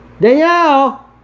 Danielle